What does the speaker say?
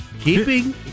Keeping